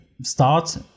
start